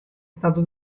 stato